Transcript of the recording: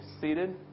seated